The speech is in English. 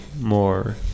more